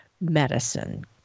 medicine